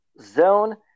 zone